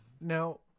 Now